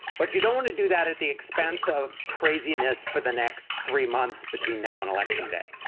but you don't want to do that at the expense of craziness for the next three months between now and election day.